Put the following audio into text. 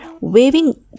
waving